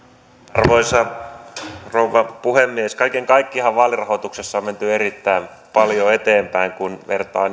arvoisa rouva puhemies kaiken kaikkiaanhan vaalirahoituksessa on menty erittäin paljon eteenpäin kun vertaa